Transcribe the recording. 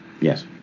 Yes